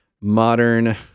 modern